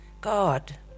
God